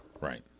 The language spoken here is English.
Right